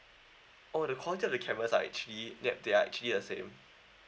oh the quality of the cameras are actually yup they are actually the same